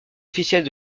officielle